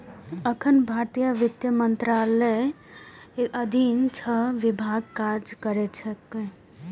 एखन भारतीय वित्त मंत्रालयक अधीन छह विभाग काज करैत छैक